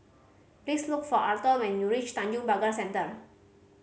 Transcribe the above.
please look for Arthor when you reach Tanjong Pagar Center